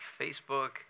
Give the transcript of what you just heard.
Facebook